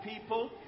people